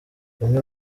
bamwe